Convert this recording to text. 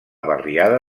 barriada